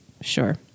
Sure